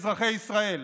אזרחי ישראל.